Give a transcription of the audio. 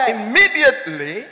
immediately